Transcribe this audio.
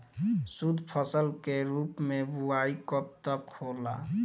शुद्धफसल के रूप में बुआई कब तक होला?